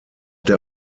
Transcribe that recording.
der